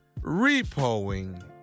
repoing